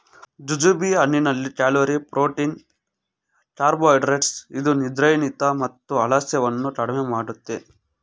jujube ಹಣ್ಣಿನಲ್ಲಿ calorie, protein carbohydrates ಇದ್ದು ನಿದ್ರಾಹೀನತೆ ಮತ್ತು ಆಲಸ್ಯವನ್ನು ಕಡಿಮೆ ಮಾಡುತ್ತೆ